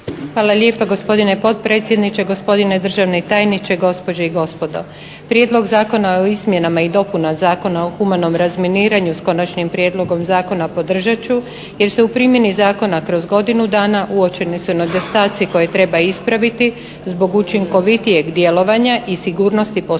Hvala lijepa gospodine potpredsjedniče. Gospodine državni tajniče, gospođe i gospodo. Prijedlog zakona o izmjenama i dopunama Zakona o humanom razminiranju, s Konačnim prijedlogom zakona podržat ću, jer se u primjeni zakona kroz godinu dana uočeni su nedostaci koje treba ispraviti zbog učinkovitijeg djelovanja i sigurnosti poslovanja